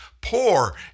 poor